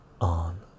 on